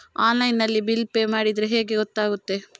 Online ನಲ್ಲಿ bill pay ಮಾಡಿದ್ರೆ ಹೇಗೆ ಗೊತ್ತಾಗುತ್ತದೆ?